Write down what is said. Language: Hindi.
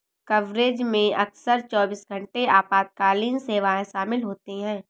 कवरेज में अक्सर चौबीस घंटे आपातकालीन सेवाएं शामिल होती हैं